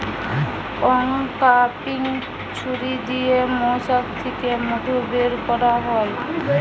uncapping ছুরি দিয়ে মৌচাক থিকে মধু বের কোরা হয়